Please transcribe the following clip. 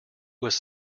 was